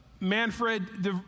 Manfred